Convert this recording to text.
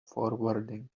forwarding